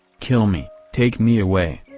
kill me, take me away!